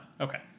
Okay